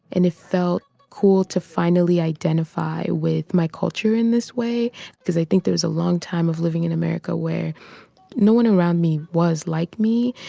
and it felt cool to finally identify with my culture in this way because i think there is a longtime of living in america where no one around me was like me.